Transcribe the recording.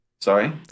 Sorry